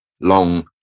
long